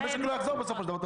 המשק לא יחזור בסופו של דבר.